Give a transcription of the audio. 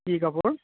কি কাপোৰ